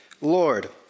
Lord